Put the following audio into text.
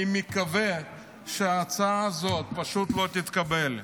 אני מקווה שההצעה הזאת פשוט לא תתקבל.